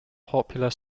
popular